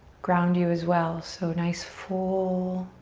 ground you, as well. so nice, full,